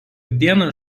dieną